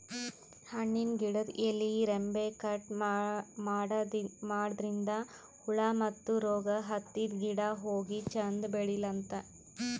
ಹಣ್ಣಿನ್ ಗಿಡದ್ ಎಲಿ ರೆಂಬೆ ಕಟ್ ಮಾಡದ್ರಿನ್ದ ಹುಳ ಮತ್ತ್ ರೋಗ್ ಹತ್ತಿದ್ ಗಿಡ ಹೋಗಿ ಚಂದ್ ಬೆಳಿಲಂತ್